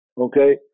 Okay